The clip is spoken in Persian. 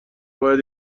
باید